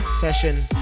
session